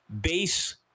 Base